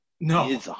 No